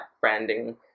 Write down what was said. branding